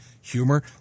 humor